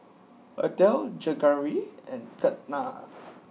Atal Jehangirr and Ketna